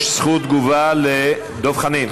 יש זכות תגובה לדב חנין.